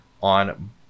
on